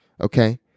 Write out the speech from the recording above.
okay